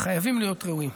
חייבים להיות ראויים.